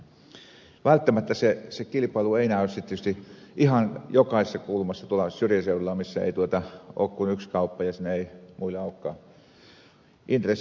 välttämättä se kilpailu ei näy sitten tietysti ihan jokaisessa kulmasa tuolla syrjäseuduilla missä ei ole kuin yksi kauppa ja siellä ei muilla olekaan intressiä